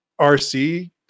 RC